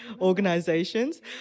organizations